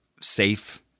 safe